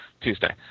Tuesday